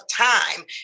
time